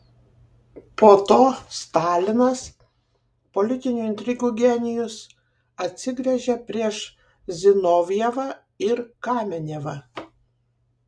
po to stalinas politinių intrigų genijus atsigręžė prieš zinovjevą ir kamenevą